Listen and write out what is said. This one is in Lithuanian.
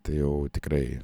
tai jau tikrai